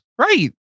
Right